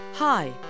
Hi